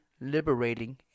liberating